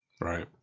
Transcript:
Right